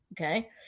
Okay